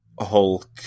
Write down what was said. Hulk